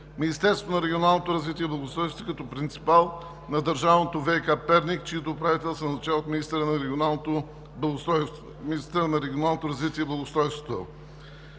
Министерството на регионалното развитие и благоустройството като принципал на държавното ВиК – Перник, чийто управител се назначава от министъра на регионалното развитие и благоустройството.